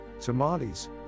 Tamales